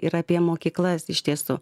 ir apie mokyklas iš tiesų